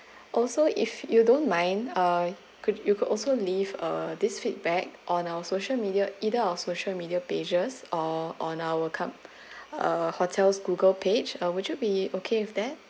also if you don't mind uh could you could also leave uh this feedback on our social media either our social media pages or on our com~ uh hotel's google page uh would you be okay with that